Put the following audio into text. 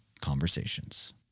conversations